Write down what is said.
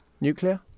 Nuclear